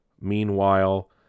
Meanwhile